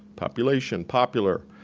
population, popular.